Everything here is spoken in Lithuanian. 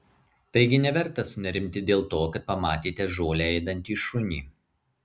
taigi neverta sunerimti dėl to kad pamatėte žolę ėdantį šunį